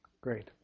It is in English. Great